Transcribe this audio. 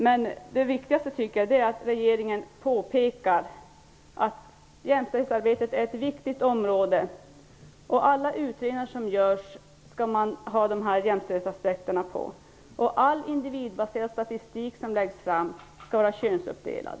Men det viktigaste tycker jag är att regeringen påpekar att jämställdhetsarbetet är ett viktigt område. Alla utredningar som görs skall beakta jämställdhetsaspekterna, och all individbaserad statistik som läggs fram skall vara könsuppdelad.